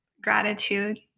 gratitude